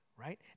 Right